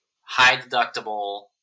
high-deductible